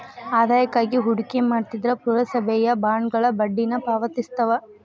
ಆದಾಯಕ್ಕಾಗಿ ಹೂಡಿಕೆ ಮಾಡ್ತಿದ್ರ ಪುರಸಭೆಯ ಬಾಂಡ್ಗಳ ಬಡ್ಡಿನ ಪಾವತಿಸ್ತವ